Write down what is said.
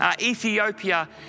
Ethiopia